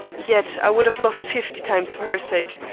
yet i would have lost fifty times for her sake,